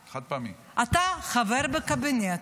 אתה חבר בקבינט,